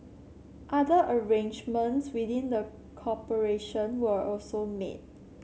other arrangements within the corporation were also made